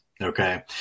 Okay